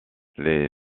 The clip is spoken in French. les